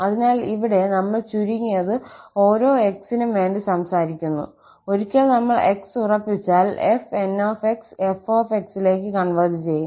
അതിനാൽ ഇവിടെ നമ്മൾ ചുരുങ്ങിയത് ഓരോ 𝑥 നും വേണ്ടി സംസാരിക്കുന്നു ഒരിക്കൽ നമ്മൾ x ഉറപ്പിച്ചാൽ 𝑓𝑛𝑥 𝑓𝑥 ലേക്ക് കോൺവെർജ് ചെയ്യും